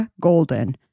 Golden